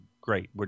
great